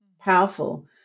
powerful